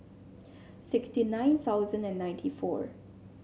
sixty nine thousand and ninety four